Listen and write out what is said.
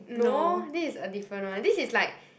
no this is a different [one] this is like